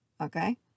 Okay